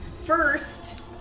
First